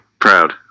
Proud